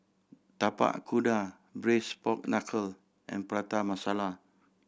Tapak Kuda Braised Pork Knuckle and Prata Masala